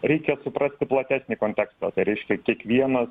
reikia suprasti platesnį kontekstą tai reiškia kiekvienas